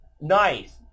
nice